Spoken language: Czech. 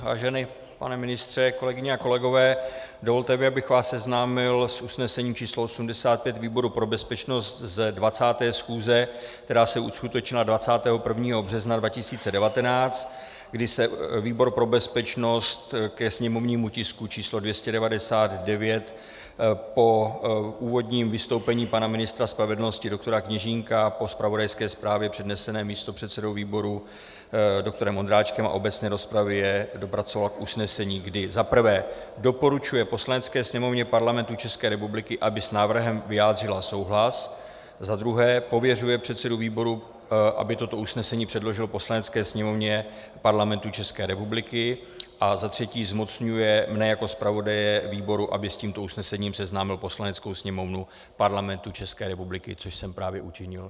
Vážený pane ministře, kolegyně a kolegové, dovolte mi, abych vás seznámil s usnesením č. 85 výboru pro bezpečnost z 20. schůze, která se uskutečnila 21. března 2019, kdy se výbor pro bezpečnost ke sněmovnímu tisku č. 299 po úvodním vystoupení pana ministra spravedlnosti doktora Kněžínka, po zpravodajské zprávě přednesené místopředsedou výboru doktorem Ondráčkem a obecné rozpravě dopracoval k usnesení, kdy zaprvé doporučuje Poslanecké sněmovně Parlamentu České republiky, aby s návrhem vyjádřila souhlas, zadruhé pověřuje předsedu výboru, aby toto usnesení přednesl Poslanecké sněmovně Parlamentu České republiky, a zatřetí zmocňuje mne jako zpravodaje výboru, abych s tímto usnesením seznámil Poslaneckou sněmovnu Parlamentu České republiky, což jsem právě učinil.